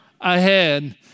ahead